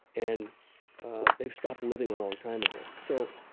and they've stopped living a long time ago. so,